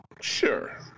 Sure